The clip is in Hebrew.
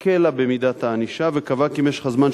אלא הקלה במידת הענישה וקבעה כי משך הזמן